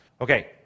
Okay